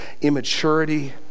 immaturity